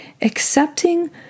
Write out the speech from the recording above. accepting